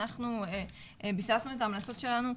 אנחנו ביססנו את ההמלצות שלנו.